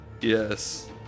Yes